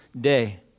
day